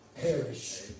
perish